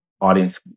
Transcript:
audience